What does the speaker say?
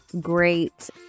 great